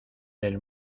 del